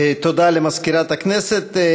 תודה למזכירת הכנסת.